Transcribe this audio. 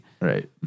Right